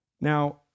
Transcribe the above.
Now